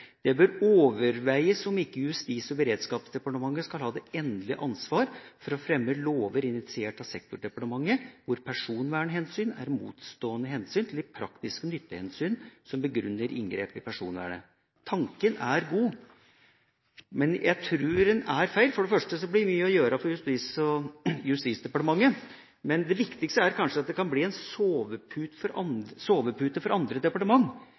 beredskapsdepartementet skal ha det endelige ansvar for å fremme lover initiert av sektordepartementene hvor personvernhensyn er motstående hensyn til de praktiske nyttehensyn som begrunner inngrep i personvernet.» Tanken er god, men jeg tror den er feil. For det første blir det mye å gjøre for Justisdepartementet, men det viktigste er kanskje at det kan bli en sovepute for andre departementer. Det bryter med sjølve grunntanken om at å tenke personvern og handle deretter, må være et grunnleggende prinsipp for